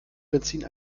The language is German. benzin